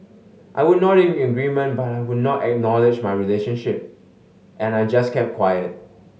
I would nod in agreement but I would not acknowledge my relationship and I just kept quiet